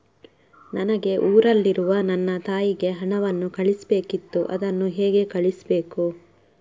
ನನಗೆ ಊರಲ್ಲಿರುವ ನನ್ನ ತಾಯಿಗೆ ಹಣವನ್ನು ಕಳಿಸ್ಬೇಕಿತ್ತು, ಅದನ್ನು ಹೇಗೆ ಕಳಿಸ್ಬೇಕು?